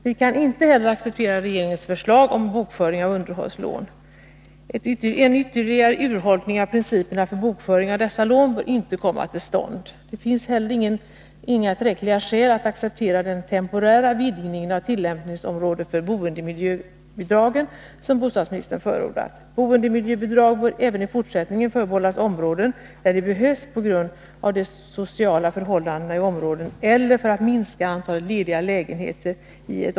Vi kan inte heller acceptera regeringens förslag om bokföring av underhållslån. En ytterligare urholkning av principerna för bokföring av dessa lån bör inte komma till stånd. Det finns inte heller tillräckliga skäl att acceptera den temporära vidgning av tillämpningsområdet för boendemiljöbidragen som bostadsministern förordat. Boendemiljöbidrag bör även i fortsättningen förbehållas områden där de behövs på grund av de sociala förhållandena eller på grund av behov av att minska antalet lediga lägenheter.